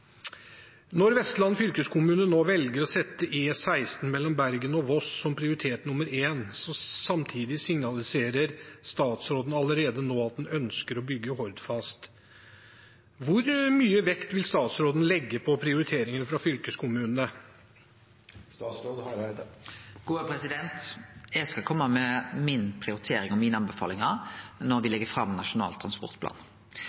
Når Vestland fylkeskommune nå velger å sette E16 Bergen–Voss som prioritet nummer én samtidig som statsråden allerede nå signaliserer at han ønsker å bygge Hordfast: Hvor mye vekt vil statsråden legge på prioriteringene fra fylkeskommunene? Eg skal kome med min prioritering og mine anbefalingar når